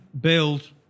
build